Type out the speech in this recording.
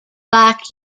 black